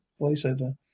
voiceover